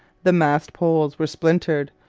the mast poles were splintered.